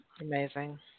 Amazing